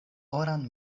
oran